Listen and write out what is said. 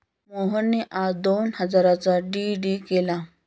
मोहनने आज दोन हजारांचा डी.डी केला